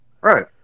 Right